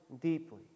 deeply